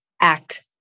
act